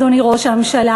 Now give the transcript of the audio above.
אדוני ראש הממשלה,